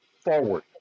forward